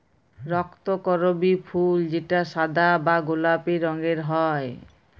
রক্তকরবী ফুল যেটা সাদা বা গোলাপি রঙের হ্যয়